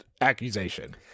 accusation